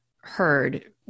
heard